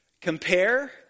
Compare